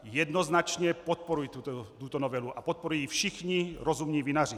Jednoznačně podporuji tuto novelu a podporují ji všichni rozumní vinaři.